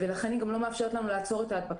ולכן, היא גם לא מאפשרת לנו לעצור את ההדבקה.